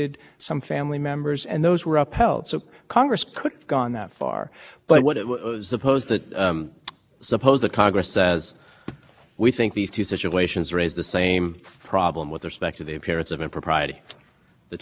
but nonetheless we're going to cover the first one and there is no explanation or even attempted explanation or even after the fact explanation by the lawyers seeking to defend the law as to how you could draw that line is your position that it's still